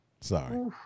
Sorry